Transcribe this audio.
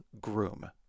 Groom